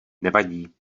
nevadí